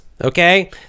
Okay